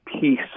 peace